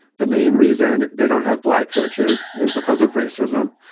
the main reason they don't have black coaches is because of racism,